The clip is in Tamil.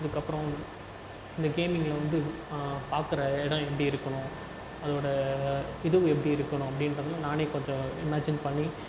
இதுக்கப்புறோம் இந்த கேமிங்கில் வந்து பார்க்குற இடம் எப்படி இருக்கணும் அதோடய இது எப்படி இருக்கணும் அப்படின்றதுலாம் நானே கொஞ்சம் இமேஜின் பண்ணி